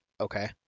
Okay